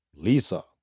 Lisa